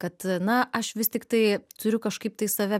kad na aš vis tiktai turiu kažkaip tai save